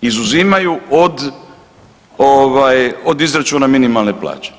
izuzimaju od izračuna minimalne plaće.